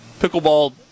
pickleball